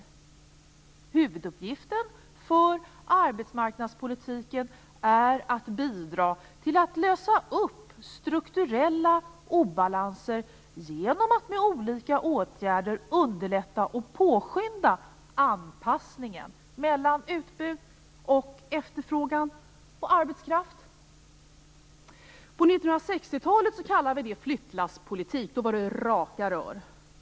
Huvuduppgiften för arbetsmarknadspolitiken är att bidra till att lösa upp strukturella obalanser genom att med olika åtgärder underlätta och påskynda anpassningen mellan utbud och efterfrågan på arbetskraft. På 1960-talet kallades detta flyttlasspolitik - då var det raka rör.